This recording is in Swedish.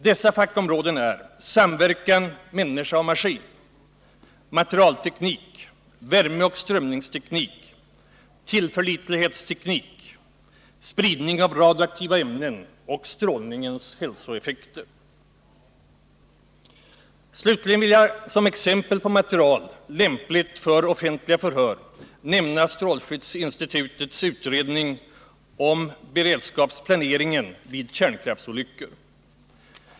Dessa fackområden är: samverkan människa-maskin, materialteknik, värmeoch strömningsteknik, tillförlitlighetsteknik, spridning av radioaktiva ämnen och strålningens hälsoeffekter. Slutligen vill jag som exempel på material lämpligt för offentliga förhör nämna strålskyddsinstitutets utredning om beredskapsplaneringen vid kärnkraftsolyckor.